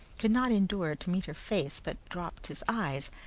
could not endure to meet her face but dropped his eyes,